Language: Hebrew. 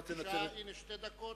בבקשה, שתי דקות.